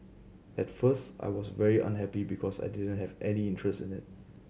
at first I was very unhappy because I didn't have any interest in it